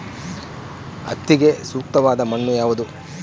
ಹತ್ತಿಗೆ ಸೂಕ್ತವಾದ ಮಣ್ಣು ಯಾವುದು?